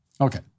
Okay